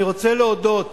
אני רוצה להודות